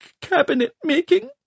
cabinet-making